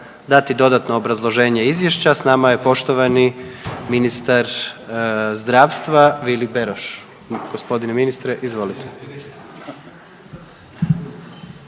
dati dodatno obrazloženje Izvješća. S nama je poštovani ministar zdravstva Vili Beroš. G. ministre, izvolite.